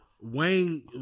Wayne